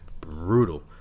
brutal